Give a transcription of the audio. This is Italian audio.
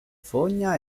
fogna